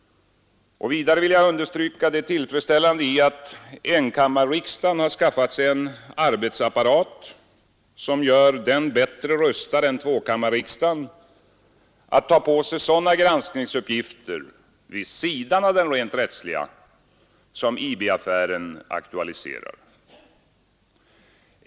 Vidare vill jag understryka det tillfredsställande i att enkammarriksdagen skaffat sig en arbetsapparat som gör den bättre rustad än tvåkammarriksdagen att ta på sig sådana granskningsuppgifter vid sidan av de rent rättsliga som IB-affären aktualiserar.